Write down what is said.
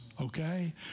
Okay